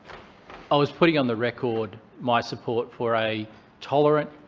i was putting on the record my support for a tolerant,